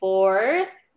Fourth